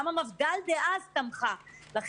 גם המפד"ל בעד תמכה.